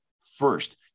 first